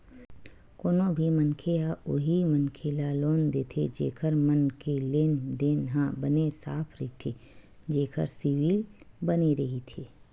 कोनो भी मनखे ह उही मनखे ल लोन देथे जेखर मन के लेन देन ह बने साफ रहिथे जेखर सिविल बने रहिथे